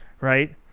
right